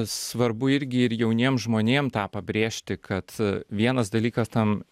svarbu irgi ir jauniem žmonėm tą pabrėžti kad vienas dalykas tam